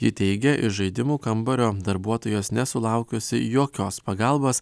ji teigia iš žaidimų kambario darbuotojos nesulaukusi jokios pagalbos